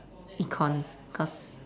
econs cause